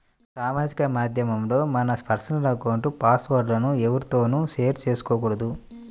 సామాజిక మాధ్యమాల్లో మన పర్సనల్ అకౌంట్ల పాస్ వర్డ్ లను ఎవ్వరితోనూ షేర్ చేసుకోకూడదు